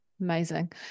Amazing